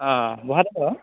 बहा दङ